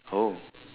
oh